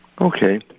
Okay